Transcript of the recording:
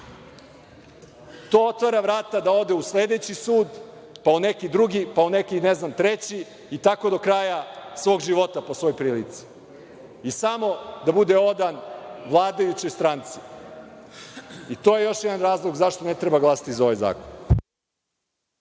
to otvara vrata da ode u sledeći sud, pa u neki drugi, neki treći i tako do kraja svog života, po svoj prilici. Samo da bude odan vladajućoj stranci. To je još jedan razlog zašto ne treba glasati za ovaj zakon.